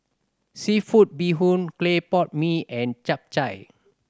seafood bee hoon clay pot mee and Chap Chai